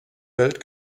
welt